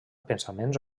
pensaments